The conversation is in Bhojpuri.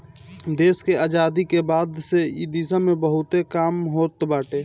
देस के आजादी के बाद से इ दिशा में बहुते काम होत बाटे